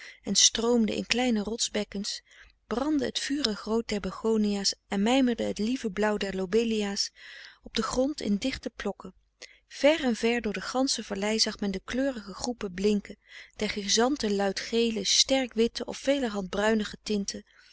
en stroomden in kleine rotsbekkens brandde het vurig rood der begonia's en mijmerde het lieve blauw der lobelia's op den grond in dichte plokken ver en ver door de gansche vallei zag men de kleurige groepen blinken der chrysanthen luid geele sterk witte of velerhand bruinige tinten